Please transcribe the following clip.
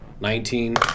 Nineteen